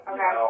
Okay